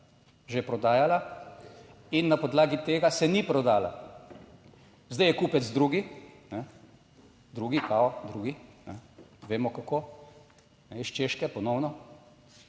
Že prodajala. In na podlagi tega se ni prodala. Zdaj je kupec drugi, ne, drugi, kao drugi, ne, vemo kako, iz Češke ponovno.